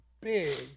big